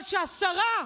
אבל שהשרה,